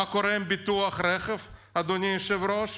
מה קורה עם ביטוח הרכב, אדוני היושב-ראש?